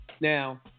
Now